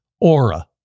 Aura